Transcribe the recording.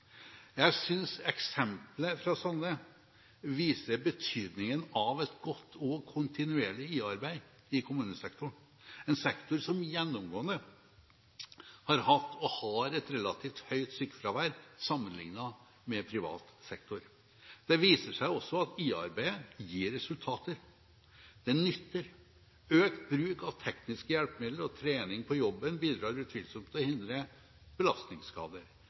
Jeg synes eksemplet fra Sande viser betydningen av et godt og kontinuerlig IA-arbeid i kommunesektoren, en sektor som gjennomgående har hatt og har et relativt høyt sykefravær sammenlignet med privat sektor. Det viser også at IA-arbeidet gir resultater, og at det nytter. Økt bruk av tekniske hjelpemidler og trening på jobben bidrar utvilsomt til å hindre belastningsskader,